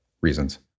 reasons